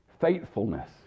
Faithfulness